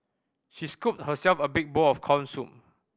she scooped herself a big bowl of corn soup